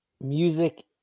Music